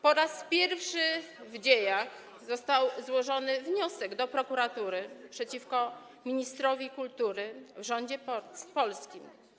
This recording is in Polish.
Po raz pierwszy w dziejach został złożony wniosek do prokuratury przeciwko ministrowi kultury w rządzie polskim.